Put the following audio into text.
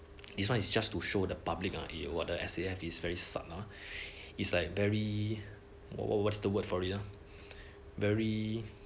this one is just to show the public only what the S_A_F is very lah is like very well what's the word for it lah very